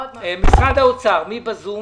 משרד האוצר, בבקשה.